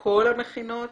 כל המכינות